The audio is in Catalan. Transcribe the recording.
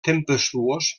tempestuós